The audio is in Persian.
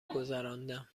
گذراندم